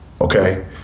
Okay